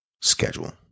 schedule